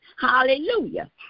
hallelujah